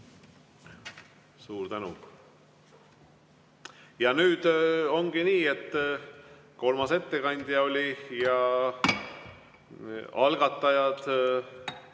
Suur tänu! Ja nüüd ongi nii, et kolmas ettekandja oli. Algataja,